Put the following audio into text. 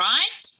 Right